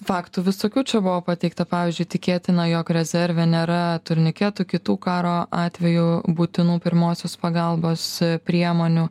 faktų visokių čia buvo pateikta pavyzdžiui tikėtina jog rezerve nėra turniketų kitų karo atveju būtinų pirmosios pagalbos priemonių